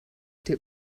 der